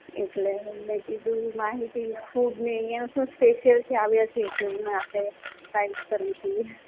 એટલે મે કીધું માહિતી ફૂડની ઇયાં શું સ્પેસિયલ છે આવ્યા છીએ તો એમાં આપણે ટ્રાય કરવી જોઈએ